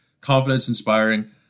confidence-inspiring